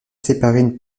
séparés